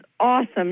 awesome